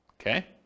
Okay